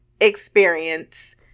experience